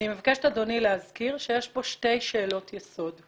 אני מבקשת, אדוני, להזכיר שיש פה שתי שאלות יסוד.